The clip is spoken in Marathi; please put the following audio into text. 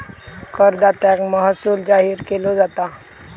करदात्याक महसूल जाहीर केलो जाता